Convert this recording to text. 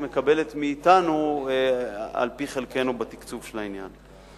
מקבלת מאתנו על-פי חלקנו בתקצוב של העניין.